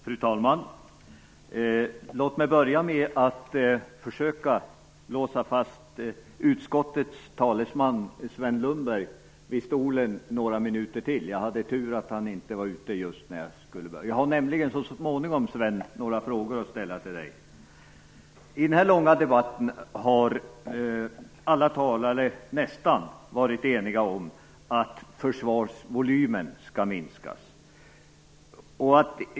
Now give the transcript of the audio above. Fru talman! Låt mig börja med att försöka låsa fast utskottets talesman Sven Lundberg i stolen ytterligare några minuter. Jag har nämligen några frågor att ställa till honom. I denna långa debatt har nästan alla talare varit eniga om att försvarsvolymen skall minskas.